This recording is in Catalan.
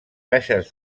caixes